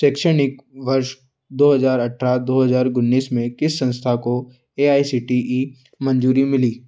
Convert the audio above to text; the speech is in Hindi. शैक्षणिक वर्ष दो हज़ार अट्ठारह दो हज़ार उन्नीस में किस संस्था को A I C T E मंज़ूरी मिली